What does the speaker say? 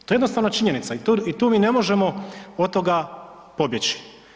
To je jednostavno činjenica i tu mi ne možemo od toga pobjeći.